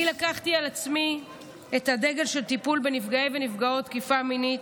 אני לקחתי על עצמי את הדגל של טיפול בנפגעי ונפגעות תקיפה מינית,